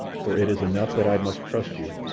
for it is enough that i must trust you.